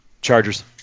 Chargers